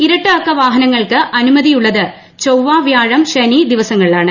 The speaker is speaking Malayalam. ഇരട്ട അക്ക വാഹനങ്ങൾക്ക് അനുമതിയുള്ളത് ചൊവ്വ വ്യാഴം ശനി ദിവസങ്ങളിലാണ്